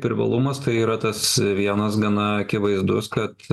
privalumas tai yra tas vienas gana akivaizdus kad